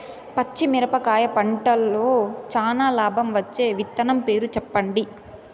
పచ్చిమిరపకాయ పంటలో చానా లాభం వచ్చే విత్తనం పేరు చెప్పండి?